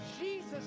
Jesus